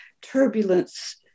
turbulence